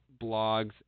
blogs